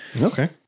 Okay